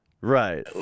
Right